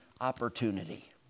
opportunity